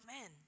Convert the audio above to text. men